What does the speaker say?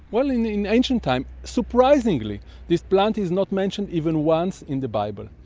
well, in in ancient times surprisingly this plant is not mentioned even once in the bible.